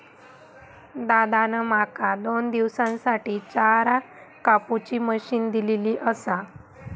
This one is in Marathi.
दादान माका दोन दिवसांसाठी चार कापुची मशीन दिलली आसा